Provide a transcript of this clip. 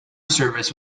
service